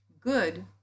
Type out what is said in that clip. Good